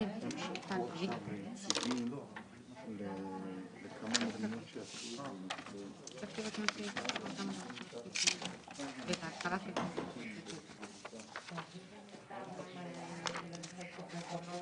12:17.